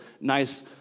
nice